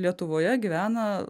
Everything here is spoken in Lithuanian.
lietuvoje gyvena